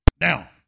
Now